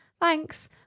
thanks